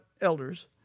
elders